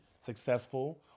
successful